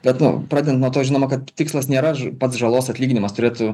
be nu pradedant nuo to žinoma kad tikslas nėra pats žalos atlyginimas turėtų